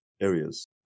areas